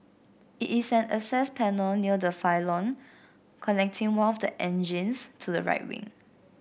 it is an access panel near the pylon connecting one of the engines to the right wing